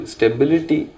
Stability